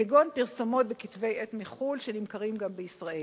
כגון פרסומות בכתבי-עת מחו"ל שנמכרים גם בישראל.